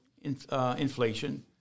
inflation